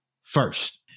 first